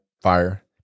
fire